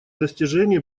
достижение